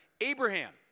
Abraham